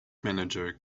manager